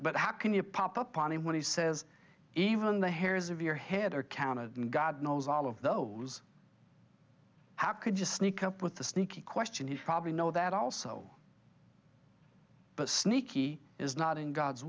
but how can you pop up on him when he says even the hairs of your head are counted and god knows all of those how could just sneak up with a sneaky question he probably know that also but sneaky is not in god's